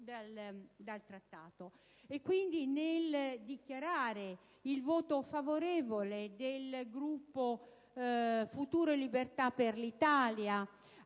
dal Trattato. Quindi, nel dichiarare il voto favorevole del Gruppo Futuro e Libertà per l'Italia